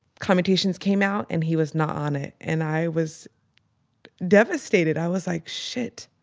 commutations came out and he was not on it, and i was devastated. i was like, shit.